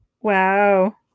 Wow